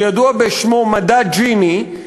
שידוע בשמו "מדד ג'יני",